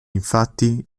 infatti